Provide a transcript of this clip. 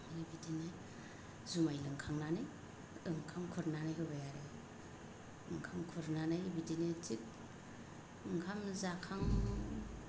ओरैबायदिनो जुमाइ लोंखांनानै ओंखाम खुरनानै होबाय आरो ओंखाम खुरनानै बिदिनो थिग ओंखाम जाखांना